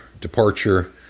departure